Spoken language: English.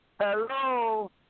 Hello